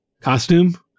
costume